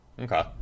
Okay